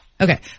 Okay